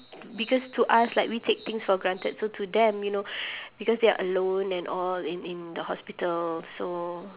because to us like we take things for granted so to them you know because they are alone and all in in the hospital so